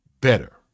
better